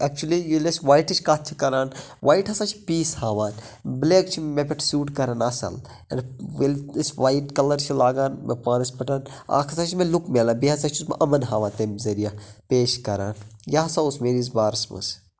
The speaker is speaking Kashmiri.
اٮ۪کچُلی ییٚلہِ أسۍ وایٹٕچ کَتھ چھِ کَران وایِٹ ہسا چھِ پیس ہاوان بلیک چھِ مےٚ پٮ۪ٹھ سیوٗٹ کران اصل ییٚلہِ أسۍ وایِٹ کلر چھِ لاگان بہٕ پانس پٮ۪ٹھ اکھ ہسا چھِ مےٚ لُک مِلان بیٚیہِ ہسا چھُس بہٕ یِمن ہاوان تمہِ ذٔریعہٕ پیش کَران یہِ سا اوس میٲنس بارس منٛز